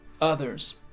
others